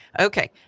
Okay